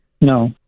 No